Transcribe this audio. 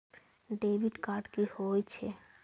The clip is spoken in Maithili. डेबिट कार्ड की होय छे?